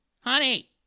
Honey